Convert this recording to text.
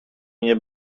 nie